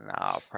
No